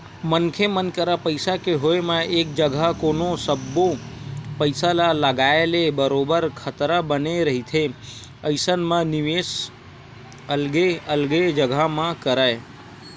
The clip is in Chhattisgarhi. मनखे मन करा पइसा के होय म एक जघा कोनो सब्बो पइसा ल लगाए ले बरोबर खतरा बने रहिथे अइसन म निवेस अलगे अलगे जघा म करय